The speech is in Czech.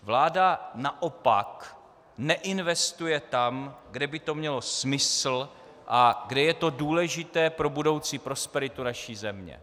Vláda naopak neinvestuje tam, kde by to mělo smysl a kde je to důležité pro budoucí prosperitu naší země.